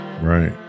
Right